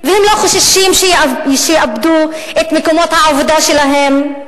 והם לא חוששים שהם יאבדו את מקומות העבודה שלהם.